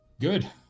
Good